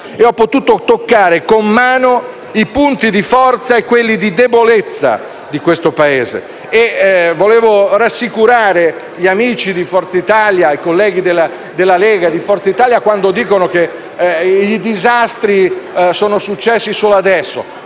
e ho potuto toccare con mano i punti di forza e quelli di debolezza del nostro Paese. Volevo anche rassicurare gli amici di Forza Italia e i colleghi della Lega Nord, i quali dicono che i disastri sono successi solo adesso: